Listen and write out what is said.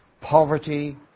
poverty